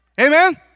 Amen